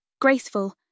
graceful